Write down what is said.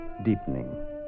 deepening